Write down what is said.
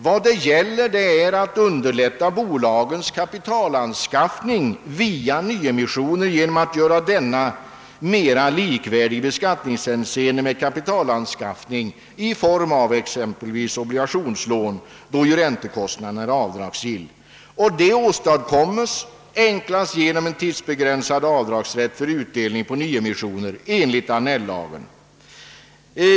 Vad det gäller är att underlätta bolagens kapitalanskaffning via nyemissioner genom att göra denna kapitalanskaffning mera likvärdig i beskattningshänseende med kapitalanskaffning i form av exempelvis obligationslån, vid vilka räntekostnaden är avdragsgill. Detta åstadkommes enklast genom en tidsbegränsad avdragsrätt vid utdelning av nyemissioner enligt Annell-lagen.